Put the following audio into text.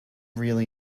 really